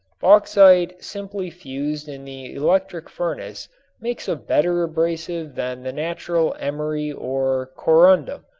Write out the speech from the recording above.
bauxite simply fused in the electric furnace makes a better abrasive than the natural emery or corundum,